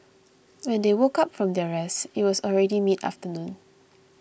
when they woke up from their rest it was already midfternoon